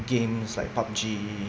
games like PUBG